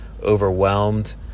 overwhelmed